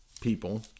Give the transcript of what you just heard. people